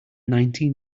nineteen